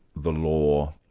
the law,